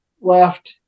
left